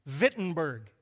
Wittenberg